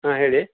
ಹಾಂ ಹೇಳಿ